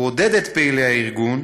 ועודד את פעילי הארגון